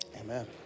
Amen